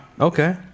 Okay